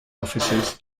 officers